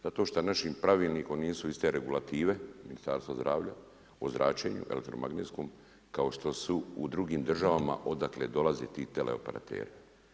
Zato što našim Pravilnikom nisu iste regulative Ministarstva zdravlja o zračenju, elektromagnetskom kao što su u drugim državama odakle dolaze ti Teleoperateri.